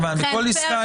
עסקה,